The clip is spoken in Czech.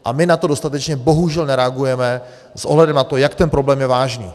A my na to dostatečně bohužel nereagujeme s ohledem na to, jak ten problém je vážný.